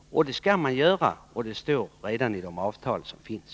Det skall den göra, och det står redan i det avtal som finns.